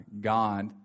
God